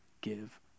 give